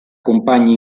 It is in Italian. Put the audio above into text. compagni